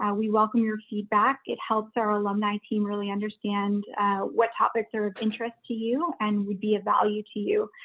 we welcome your feedback. it helps our alumni team really understand what topics are of interest to you, and would be a value to you.